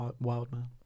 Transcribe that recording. Wildman